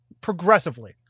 progressively